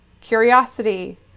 curiosity